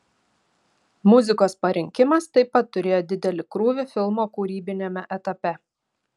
muzikos parinkimas taip pat turėjo didelį krūvį filmo kūrybiniame etape